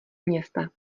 města